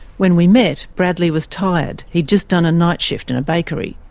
when we met, bradley was tired, he'd just done a night shift in a bakery.